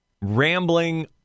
rambling